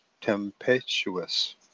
tempestuous